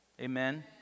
Amen